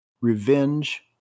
revenge